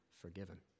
forgiven